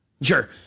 Sure